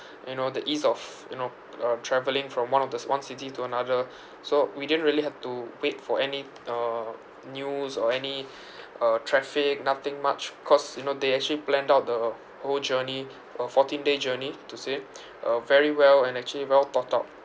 you know the ease of you know uh travelling from one of thes one city to another so we didn't really have to wait for any uh news or any uh traffic nothing much cause you know they actually planned out the whole journey a fourteen day journey to say a very well and actually well thought out